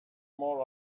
more